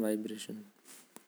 बैजू अउ वतपा।